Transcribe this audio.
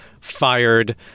fired